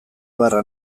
beharra